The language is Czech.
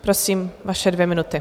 Prosím, vaše dvě minuty.